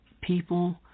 people